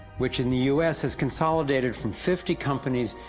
which in the u s. has consolidated from fifty companies,